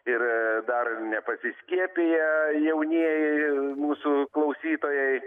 ir dar nepasiskiepiję jaunieji mūsų klausytojai